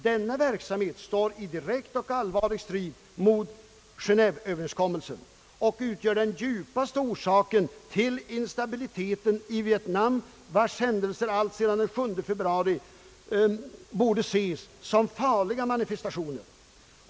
Denna verksamhet står i direkt och allvarlig strid mot Geneéveöverenskommelsen och utgör den djupaste orsaken till instabiliteten i Vietnam vars händelser alltsedan den 7 februari borde ses som farliga manifestationer.